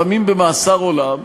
לפעמים במאסר עולם.